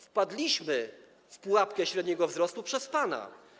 Wpadliśmy w pułapkę średniego wzrostu przez pana.